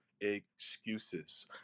excuses